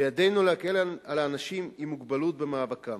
בידינו להקל על האנשים עם מוגבלות במאבקם.